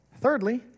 Thirdly